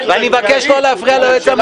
ואני מבקש לא להפריע ליועץ המשפטי.